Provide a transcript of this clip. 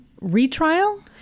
retrial